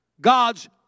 God's